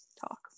talk